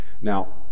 Now